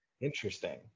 interesting